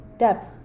Depth